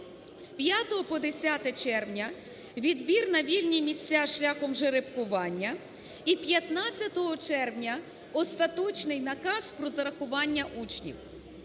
З 5 по 10 червня відбір на вільні місця шляхом жеребкування. І 15 червня остаточний наказ про зарахування учнів.